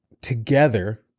together